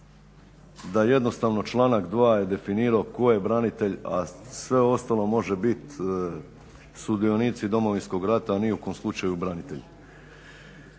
da jednostavno članak 2. je definirao tko je branitelj, a sve ostalo može biti sudionici Domovinskog rata, ni u kom slučaju branitelji.